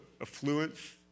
affluence